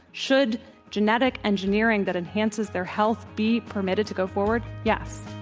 should genetic engineering that enhances their health be permitted to goforward? yes.